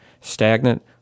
Stagnant